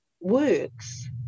works